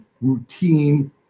routine